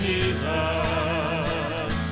Jesus